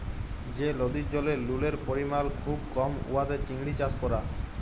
যে লদির জলে লুলের পরিমাল খুব কম উয়াতে চিংড়ি চাষ ক্যরা